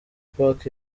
park